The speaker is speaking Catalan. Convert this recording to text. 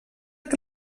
que